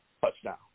Touchdown